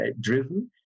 driven